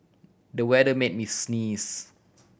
the weather made me sneeze